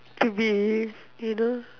to be you know